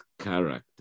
character